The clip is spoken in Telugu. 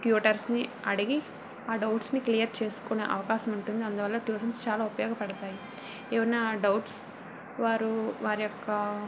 ట్యూటర్స్ని అడిగి ఆ డౌట్స్ని క్లియర్ చేసుకునే అవకాశం ఉంటుంది అందువల్ల ట్యూషన్స్ చాలా ఉపయోగపడతాయి ఏమైనా డౌట్స్ వారు వారి యొక్క